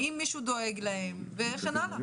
האם מישהו דואג להם וכן הלאה.